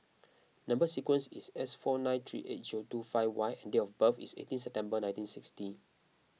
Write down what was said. Number Sequence is S four nine three eight zero two five Y and date of birth is eighteen September nineteen sixty